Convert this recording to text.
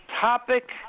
Topic